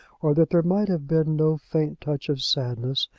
or that there might have been no faint touch of sadness,